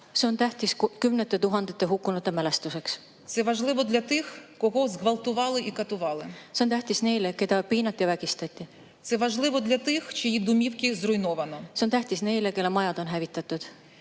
See on tähtis kümnete tuhandete hukkunute mälestuseks. See on tähtis neile, keda piinati ja vägistati. See on tähtis neile, kelle majad on hävitatud.